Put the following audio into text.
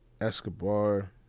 Escobar